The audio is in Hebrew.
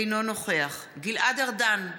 אינו נוכח גלעד ארדן,